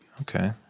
Okay